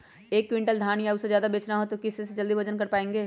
एक क्विंटल धान या उससे ज्यादा बेचना हो तो किस चीज से जल्दी वजन कर पायेंगे?